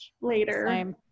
later